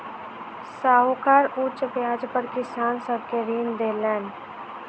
साहूकार उच्च ब्याज पर किसान सब के ऋण देलैन